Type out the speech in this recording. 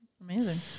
Amazing